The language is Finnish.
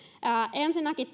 ensinnäkin